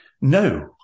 No